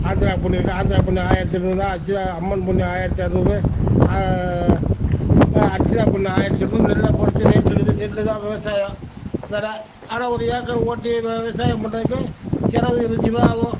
ஆந்திரா பொன்னி இருக்குது ஆந்திரா பொன்னி ஆயிரத்தி நூறுபா அர்ச்சனா அம்மன் பொன்னி ஆயிரத்தி எரநூறு அர்ச்சனா பொன்னி ஆயிரத்தி நூறு நெல்லை பொறுத்து ரேட் இருக்குது நெல் தான் விவசாயம் வெலை ஆனால் ஒரு ஏக்கர் ஓட்டி வெ விவசாயம் பண்ணுறதுக்கு செலவு இருபத்தஞ்சி ரூபா ஆகும்